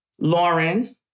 Lauren